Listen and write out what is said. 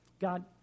God